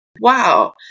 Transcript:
Wow